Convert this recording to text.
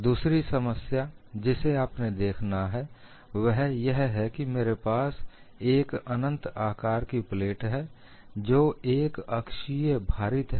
दूसरी समस्या जिसे आपने देखना है वह यह है कि मेरे पास एक अनंत आकार की प्लेट है जो एक अक्षीय भारित है